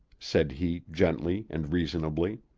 said he gently and reasonably.